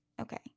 okay